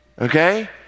Okay